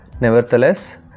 Nevertheless